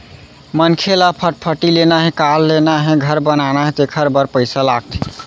मनखे ल फटफटी लेना हे, कार लेना हे, घर बनाना हे तेखर बर पइसा लागथे